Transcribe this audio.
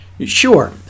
Sure